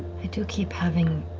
do keep having